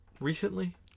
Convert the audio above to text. recently